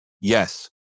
Yes